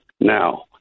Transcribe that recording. now